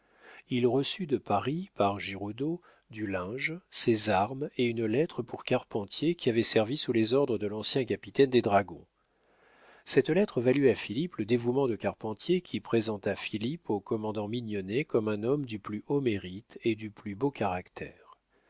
il reçut de paris par giroudeau du linge ses armes et une lettre pour carpentier qui avait servi sous les ordres de l'ancien capitaine des dragons cette lettre valut à philippe le dévouement de carpentier qui présenta philippe au commandant mignonnet comme un homme du plus haut mérite et du plus beau caractère